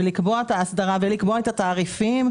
לקבוע את האסדרה ולקבוע את התעריפים,